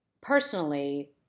Personally